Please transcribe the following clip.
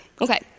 Okay